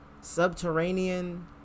subterranean